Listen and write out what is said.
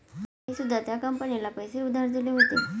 आम्ही सुद्धा त्या कंपनीला पैसे उधार दिले होते